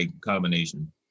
combination